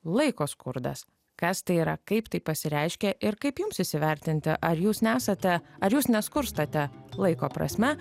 laiko skurdas kas tai yra kaip tai pasireiškia ir kaip jums įsivertinti ar jūs nesate ar jūs neskurstate laiko prasme